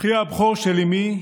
אחיה הבכור של אימי,